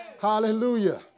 Hallelujah